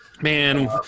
Man